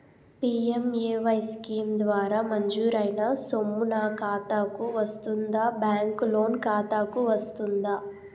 PMAY scheme ద్వారా మంజూరైన సొమ్ము నా ఖాతా కు వస్తుందాబ్యాంకు లోన్ ఖాతాకు వస్తుందా?